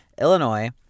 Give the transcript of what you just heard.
Illinois